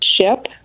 SHIP